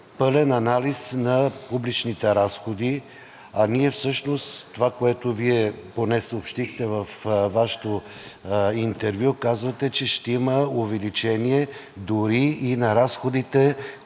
пълен анализ на публичните разходи, а ние всъщност това, което Вие поне съобщихте във Вашето интервю, казвате, че ще има увеличение дори и на разходите,